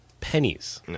pennies